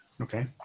Okay